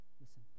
Listen